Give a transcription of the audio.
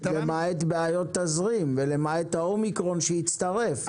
למעט בעיות תזרים ומה עם האומיקרון שהצטרף?